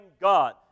God